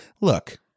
look